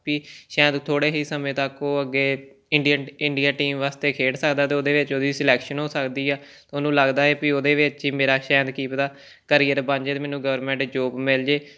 ਵੀ ਸ਼ਾਇਦ ਥੋੜ੍ਹੇ ਹੀ ਸਮੇਂ ਤੱਕ ਉਹ ਅੱਗੇ ਇੰਡੀਅਨ ਇੰਡੀਆ ਟੀਮ ਵਾਸਤੇ ਖੇਡ ਸਕਦਾ ਅਤੇ ਉਹਦੇ ਵਿੱਚ ਉਹਦੀ ਸਿਲੈਕਸ਼ਨ ਹੋ ਸਕਦੀ ਹੈ ਉਹਨੂੰ ਲੱਗਦਾ ਹੈ ਵੀ ਉਹਦੇ ਵਿੱਚ ਹੀ ਮੇਰਾ ਸ਼ਾਇਦ ਕੀ ਪਤਾ ਕਰੀਅਰ ਬਣ ਜੇ ਅਤੇ ਮੈਨੂੰ ਗਵਰਮੈਂਟ ਜੋਬ ਮਿਲ ਜੇ